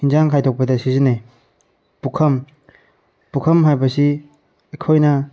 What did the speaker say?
ꯌꯦꯟꯁꯥꯡ ꯈꯥꯏꯗꯣꯛꯄꯗ ꯁꯤꯖꯤꯟꯅꯩ ꯄꯨꯈꯝ ꯄꯨꯈꯝ ꯍꯥꯏꯕꯁꯤ ꯑꯩꯈꯣꯏꯅ